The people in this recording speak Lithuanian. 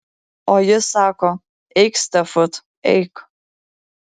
o jis sako eik stefut eik